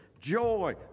Joy